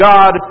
God